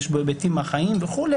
יש בו היבטים מהחיים וכו'.